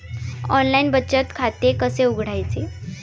Online बचत खाते कसे उघडायचे?